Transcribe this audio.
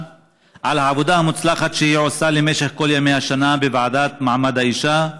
על העבודה המוצלחת שהיא עושה במשך כל ימי השנה בוועדה למעמד האישה,